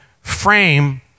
frame